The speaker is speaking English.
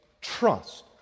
trust